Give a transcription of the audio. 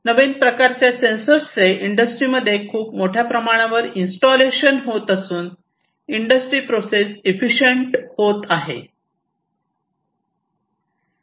नवीन प्रकारच्या सेन्सरचे इंडस्ट्रीमध्ये खूप मोठ्या प्रमाणावर इन्स्टॉलेशन होत असून इंडस्ट्री प्रोसेस इफिशियंट होत आहे